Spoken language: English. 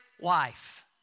wife